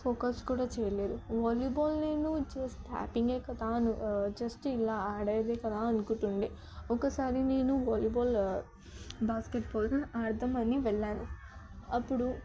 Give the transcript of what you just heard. focus కూడా చేయలేదు volleyball నేను జస్ట్ ట్యాపింగే కదా జస్ట్ ఇలా ఆడేది కదా అనుకుంటు ఉండే ఒకసారి నేను వాలీబాల్ బాస్కెట్బాల్ ఆడదామని వెళ్ళాను అప్పుడు